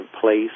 place